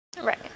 Right